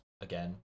again